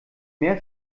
mehr